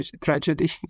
tragedy